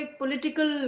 political